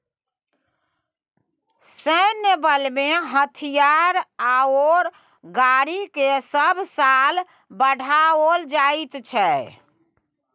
सैन्य बलमें हथियार आओर गाड़ीकेँ सभ साल बढ़ाओल जाइत छै